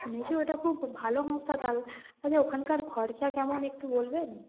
শুনেছি ওইটা খুব ভালো হাসপাতাল আচ্ছা ওখানকার খরচা কেমন একটু বলবেন